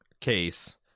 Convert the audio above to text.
case